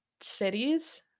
cities